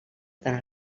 tant